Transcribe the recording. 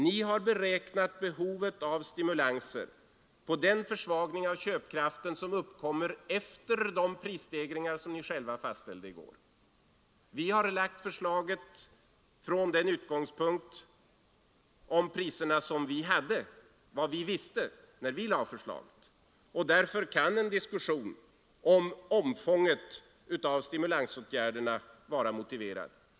Ni har beräknat behovet av stimulanser på den försvagning av köpkraften som uppkommer efter de prisstegringar som ni själva fastställde i går. Vi har lagt vårt förslag med utgångspunkt i de priser som vi kände till när vi lade förslaget. Därför kan en diskussion när det gäller omfånget av stimulansåtgärderna vara motiverad.